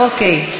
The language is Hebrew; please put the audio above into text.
אוקיי.